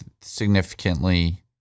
significantly